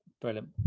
Brilliant